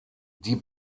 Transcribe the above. die